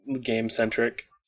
game-centric